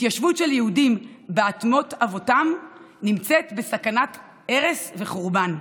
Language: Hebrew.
התיישבות של יהודים באדמות אבותיהם נמצאת בסכנת הרס וחורבן.